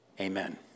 Amen